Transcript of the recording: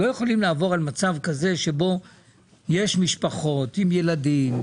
לא יכולים לעבור על מצב שבו יש משפחות עם ילדים,